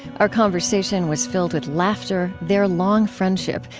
our conversation was filled with laughter, their long friendship,